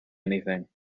anything